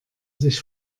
sich